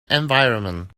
environment